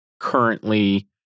currently